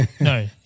no